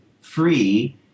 free